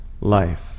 life